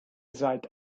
seid